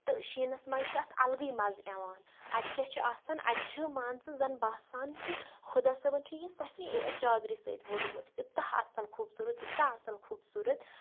تہٕ شیٖنس منٛز چھُ اتھ الگٕے مَزٕ یوان اَتہِ کیاہ چھُ آسان اَتہِ چھ مان ژٕ زن باسان کہِ خۄدا صٲبن چھ یہِ سفید چادرِ سۭتۍ وولمُت یوٗتاہ اصل خوبصورت یوٗتاہ اصل خوبصورت